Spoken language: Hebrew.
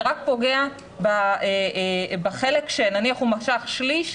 זה רק פוגע בחלק ש נניח הוא משך שליש,